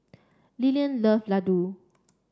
Lillian love Ladoo